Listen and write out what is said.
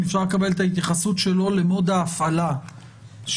אם אפשר לקבל את ההתייחסות שלו למוד ההפעלה של